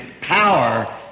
power